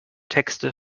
texte